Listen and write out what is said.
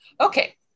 Okay